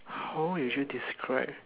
how would you describe